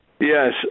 Yes